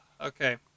okay